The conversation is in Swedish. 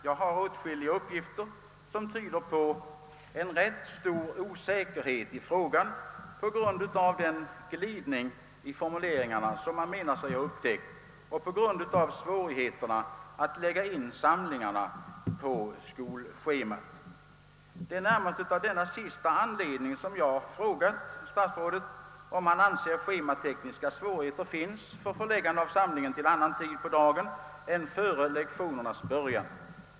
Jag har dock åtskilliga uppgifter som tyder på en rätt stor osäkerhet i frågan på grund av den »glidning» i formuleringarna som man menar sig ha upptäckt och på grund av svårigheterna att lägga in samlingarna på skolschemat. Det är närmast av denna sista anledning som jag frågat statsrådet, om han anser att det finns schematekniska svårigheter för förläggande av samlingen till annan tid på dagen än före lektionernas början.